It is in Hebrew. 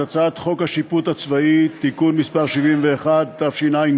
את הצעת חוק השיפוט הצבאי (תיקון מס' 71),